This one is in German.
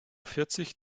vierzig